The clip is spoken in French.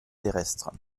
terrestre